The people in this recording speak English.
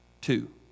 Two